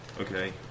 Okay